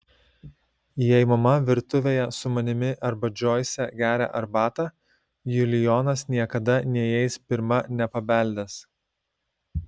jei mama virtuvėje su manimi arba džoise geria arbatą julijonas niekada neįeis pirma nepabeldęs